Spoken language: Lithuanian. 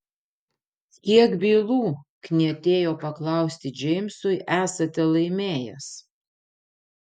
kiek bylų knietėjo paklausti džeimsui esate laimėjęs